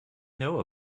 know